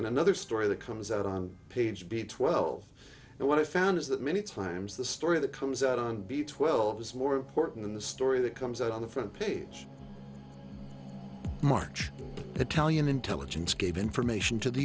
and another story that comes out on page b twelve but what i found is that many times the story that comes out on b twelve is more important than the story that comes out on the front page march the talian intelligence gave information to the